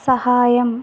సహాయం